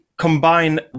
Combine